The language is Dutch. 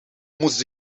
moest